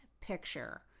picture